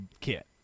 kit